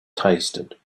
tasted